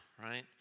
Right